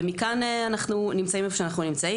ומכאן אנחנו נמצאים איפה שאנחנו נמצאים.